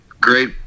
great